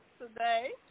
today